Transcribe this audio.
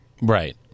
Right